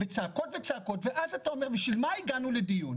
וצעקות וצעקות ואז אתה אומר בשביל מה הגענו לדיון?